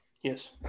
Yes